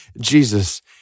Jesus